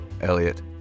Elliot